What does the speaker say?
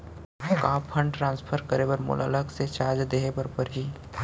का fund transfer करे बर मोला अलग से चार्ज देहे बर परही?